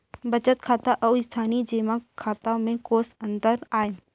बचत खाता अऊ स्थानीय जेमा खाता में कोस अंतर आय?